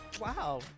Wow